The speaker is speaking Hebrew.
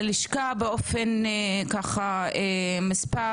ללשכה, ומספר